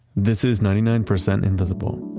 this is ninety nine percent invisible.